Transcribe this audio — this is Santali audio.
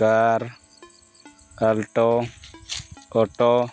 ᱠᱟᱨ ᱠᱟᱞᱴᱳ ᱚᱴᱳ